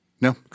No